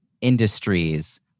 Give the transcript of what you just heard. industries